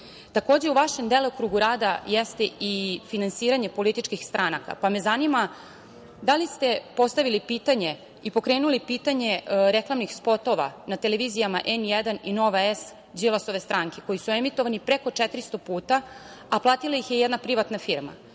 ponovi. Takođe, u vašem delokrugu rada jeste i finansiranje političkih stranaka, pa me zanima da li ste postavili pitanje i pokrenuli pitanje reklamnih spotova na televizijama „N1“ i „Nova S“ Đilasove stranke, koji su emitovani preko 400 puta, a platila ih je jedna privatna